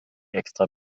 extra